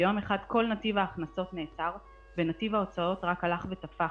ביום אחד כל נתיב ההכנסות נעצר ונתיב ההוצאות רק הלך ותפח.